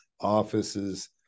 offices